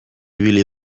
ibili